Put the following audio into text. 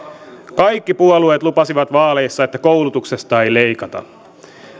kaikki puolueet lupasivat vaaleissa että koulutuksesta ei leikata